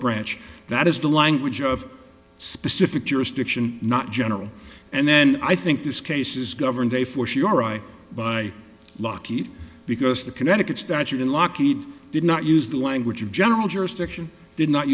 branch that is the language of specific jurisdiction not general and then i think this case is governed day for sure i by lucky because the connecticut statute in lockheed did not use the language of general jurisdiction did not